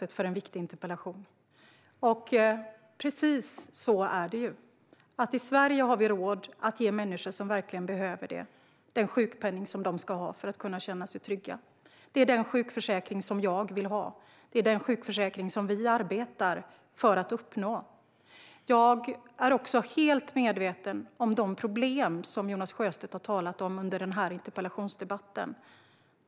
Fru talman! Tack, Jonas Sjöstedt, för en viktig interpellation! Precis som du säger är det ju: I Sverige har vi råd att ge människor som verkligen behöver det den sjukpenning de ska ha för att kunna känna sig trygga. Det är denna sjukförsäkring jag vill ha, och det är denna sjukförsäkring som vi arbetar för att uppnå. Jag är fullt medveten om de problem som Jonas Sjöstedt har talat om under den här interpellationsdebatten.